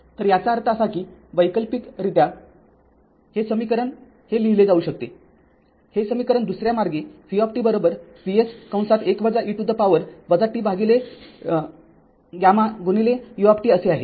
तर याचा अर्थ असा की वैकल्पिकरित्या हे समीकरण हे लिहिले जाऊ शकते हे समीकरण दुसऱ्या मार्गे v Vs १ e to the power - tγ गुणिले u असे आहे